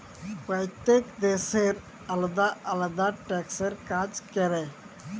প্যইত্তেক দ্যাশের আলেদা আলেদা ট্যাক্সের কাজ ক্যরে